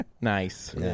Nice